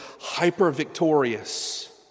hyper-victorious